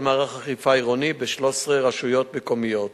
מערך האכיפה העירוני ב-13 רשויות מקומיות: